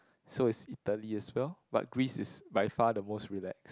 so is Italy as well but Greece is by far the most relax